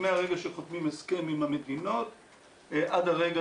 מהרגע שחותמים הסכם עם המדינות עד הרגע